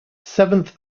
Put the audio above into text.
seventh